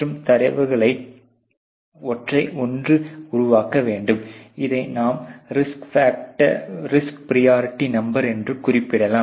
மற்றும் தரவரிசைகளை ஒன்றை ஒன்று உருவாக்க வேண்டும் இதை நாம் ரிஸ்க் பிரியரிட்டி நம்பர் என்று குறிப்பிடலாம்